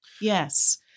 Yes